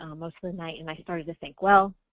um most of the night and i started to think, well,